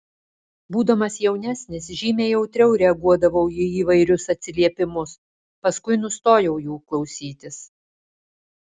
būdamas jaunesnis žymiai jautriau reaguodavau į įvairius atsiliepimus paskui nustojau jų klausytis